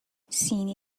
سینه